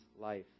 life